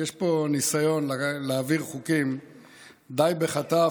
יש פה ניסיון להעביר חוקים די בחטף,